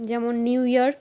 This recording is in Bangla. যেমন নিউ ইয়র্ক